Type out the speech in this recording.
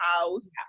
house